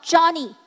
Johnny？